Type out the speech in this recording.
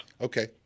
Okay